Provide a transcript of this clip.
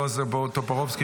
בועז טופורובסקי,